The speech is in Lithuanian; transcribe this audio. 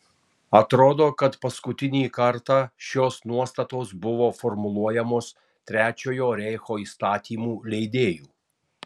atrodo kad paskutinį kartą šios nuostatos buvo formuluojamos trečiojo reicho įstatymų leidėjų